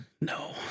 no